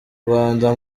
rwanda